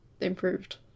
improved